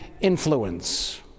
influence